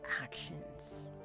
actions